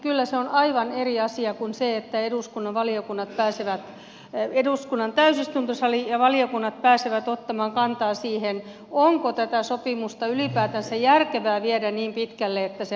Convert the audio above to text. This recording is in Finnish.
kyllä se on aivan eri asia kuin se että eduskunnan täysistuntosali ja valiokunnat pääsevät ottamaan kantaa siihen onko tätä sopimusta ylipäätänsä järkevää viedä niin pitkälle että se allekirjoitetaan